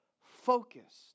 focused